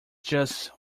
just